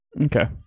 Okay